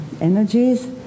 energies